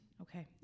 Okay